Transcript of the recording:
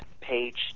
page